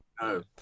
No